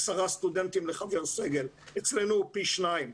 עשרה סטודנטים לחבר סגל, אצלנו הוא פי שניים.